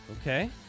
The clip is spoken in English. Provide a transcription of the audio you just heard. Okay